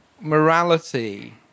morality